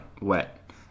wet